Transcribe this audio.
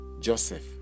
Joseph